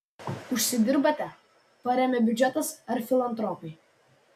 užsidirbate paremia biudžetas ar filantropai